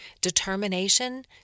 Determination